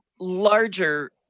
larger